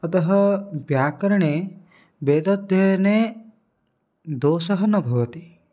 अतः व्याकरणे वेदाध्ययने दोषः न भवति